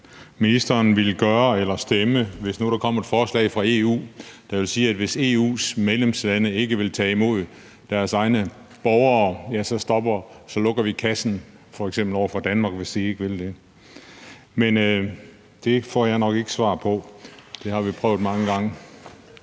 ministeren ville gøre eller stemme, hvis nu der kom et forslag fra EU om, at hvis EU's medlemslande ikke ville tage imod deres egne borgere, så lukkede de kassen f.eks. over for Danmark, hvis ikke man ville det. Men det får jeg nok ikke svar på. Det har vi prøvet på at få mange